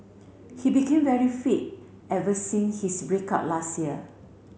he became very fit ever since his break up last year